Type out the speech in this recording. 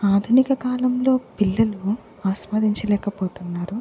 ఆధునిక కాలంలో పిల్లలు ఆస్వాదించలేకపోతున్నారు